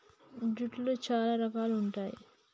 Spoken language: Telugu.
జూట్లో చాలా రకాలు ఉంటాయి